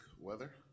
weather